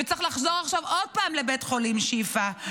צריך לחזור עכשיו עוד פעם לבית חולים שיפא,